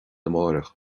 amárach